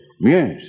Yes